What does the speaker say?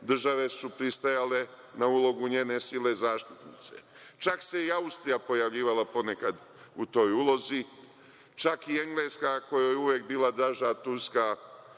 države su pristajale na ulogu njene sile zaštitnice. Čak se i Austrija pojavljivala ponekad u toj ulozi. Čak i Engleska kojoj je uvek bila draža Turska